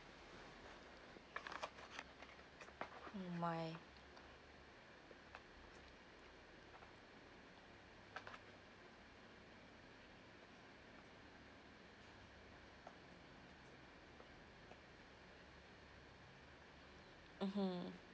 my mmhmm